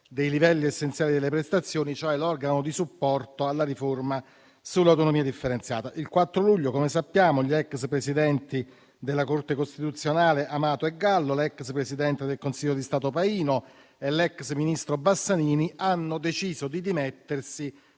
dei livelli essenziali delle prestazioni, cioè l'organo di supporto alla riforma sull'autonomia differenziata. Il 4 luglio, come sappiamo, gli ex presidenti della Corte costituzionale Amato e Gallo, l'ex presidente del Consiglio di Stato Pajno e l'ex ministro Bassanini hanno deciso di dimettersi